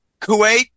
Kuwait